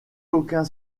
aucun